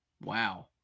Wow